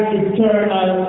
eternal